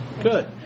Good